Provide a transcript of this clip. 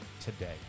today